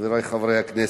חברי חברי הכנסת,